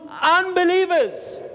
unbelievers